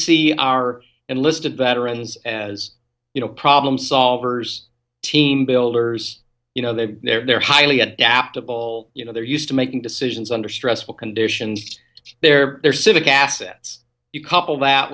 see our and listed veterans as you know problem solvers team builders you know that they're highly adaptable you know they're used to making decisions under stressful conditions they're their civic assets you couple that